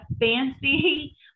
fancy